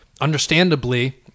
understandably